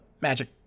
magic